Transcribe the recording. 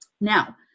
now